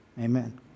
Amen